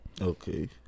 okay